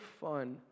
fun